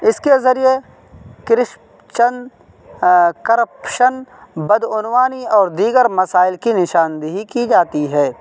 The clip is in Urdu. اس کے ذریعے کرسچن کرپشن بدعنوانی اور دیگر مسائل کی نشاندہی کی جاتی ہے